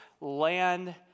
Land